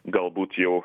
galbūt jau